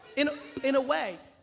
in in a way,